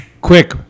quick